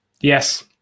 yes